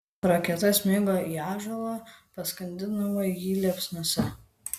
raketa smigo į ąžuolą paskandindama jį liepsnose